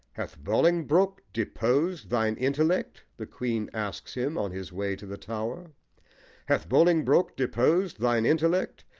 hath bolingbroke deposed thine intellect? the queen asks him, on his way to the tower hath bolingbroke deposed thine intellect?